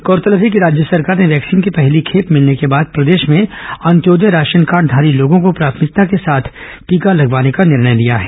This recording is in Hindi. गौरतलब है कि राज्य सरकार ने वैक्सीन की पहली खेप मिलने के बाद प्रदेश में अंत्योदय राशन कार्डधारी लोगों को प्राथमिकता के साथ टीका लगाने का निर्णय लिया है